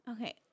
Okay